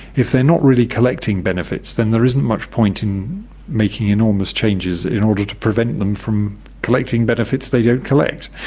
if they are not really collecting benefits, then there isn't much point in making enormous changes in order to prevent them from collecting benefits they don't collect,